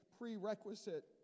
prerequisite